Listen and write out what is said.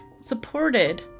supported